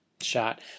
shot